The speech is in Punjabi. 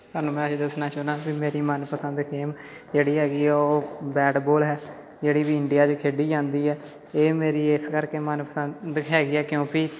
ਤੁਹਾਨੂੰ ਮੈਂ ਅੱਜ ਦੱਸਣਾ ਚਾਹੁੰਦਾ ਵੀ ਮੇਰੀ ਮਨਪਸੰਦ ਗੇਮ ਜਿਹੜੀ ਹੈਗੀ ਹੈ ਉਹ ਬੈਟ ਬੋਲ ਹੈ ਜਿਹੜੀ ਵੀ ਇੰਡੀਆ 'ਚ ਖੇਡੀ ਜਾਂਦੀ ਹੈ ਇਹ ਮੇਰੀ ਇਸ ਕਰਕੇ ਮਨਪਸੰਦ ਹੈਗੀ ਹੈ ਕਿਉਂਕਿ